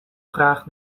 graag